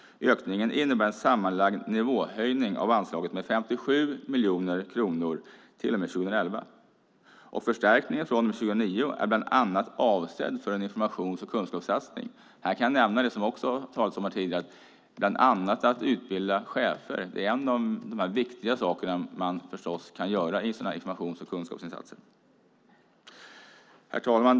Ökningen innebär en sammanlagd nivåhöjning av anslaget med 57 miljoner kronor till och med 2011. Förstärkningen från och med 2009 är bland annat avsedd för en informations och kunskapssatsning. Jag kan nämna det som det också har talats om här tidigare, nämligen att utbilda chefer. Det är förstås en av de viktiga saker man kan göra i en sådan här informations och kunskapssatsning. Herr talman!